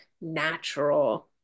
natural